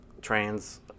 trans